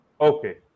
Okay